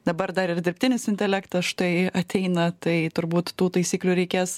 dabar dar ir dirbtinis intelektas štai ateina tai turbūt tų taisyklių reikės